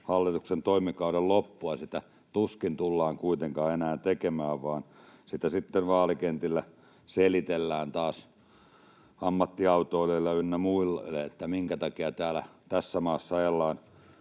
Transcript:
hallituksen toimikauden loppua sitä tuskin tullaan kuitenkaan enää tekemään vaan sitä sitten vaalikentillä selitellään taas ammattiautoilijoille ynnä muille, minkä takia tässä maassa